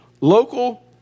local